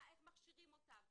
איך מכשירים אותם?